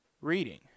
reading